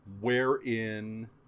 wherein